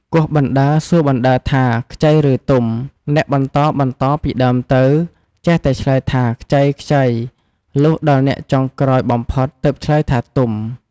គោះបណ្តើរសួរបណ្តើរថា ខ្ចី ឬ ទុំ? អ្នកបន្តៗ ពីដើមទៅ ចេះតែឆ្លើយថាខ្ចីៗ លុះដល់អ្នកចុងក្រោយបំផុតទើបឆ្លើយថាទុំ។